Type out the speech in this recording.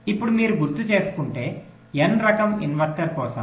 ఇప్పుడు మీరు గుర్తుచేసుకుంటే n రకం ఇన్వర్టర్ కోసం